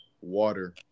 water